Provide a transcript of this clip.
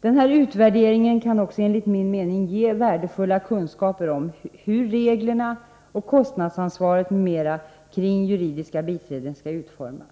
Denna utvärdering kan också enligt min mening ge värdefulla kunskaper om hur reglerna och kostnadsansvaret m.m. för juridiska biträden skall utformas.